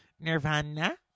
Nirvana